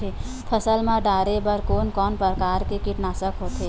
फसल मा डारेबर कोन कौन प्रकार के कीटनाशक होथे?